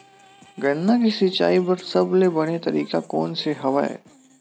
गन्ना के सिंचाई बर सबले बने तरीका कोन से हवय?